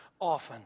often